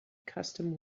custom